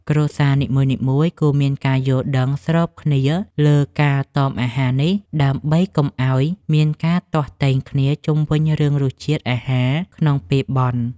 គ្រួសារនីមួយៗគួរមានការយល់ដឹងស្របគ្នាលើការតមអាហារនេះ ដើម្បី កុំឱ្យមានការទាស់ទែងគ្នាជុំវិញរឿងរសជាតិអាហារក្នុងពេលបុណ្យ។